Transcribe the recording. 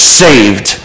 saved